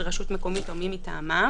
של רשות מקומית או מי מטעמם.